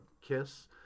kiss